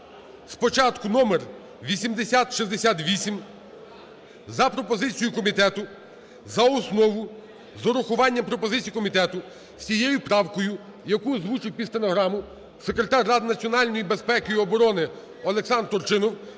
спочатку № 8068 за пропозицією комітету за основу з урахуванням пропозицій комітету з цією правкою, яку озвучив під стенограму секретар Ради національної безпеки і оборони Олександр Турчинов,